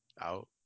out